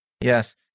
Yes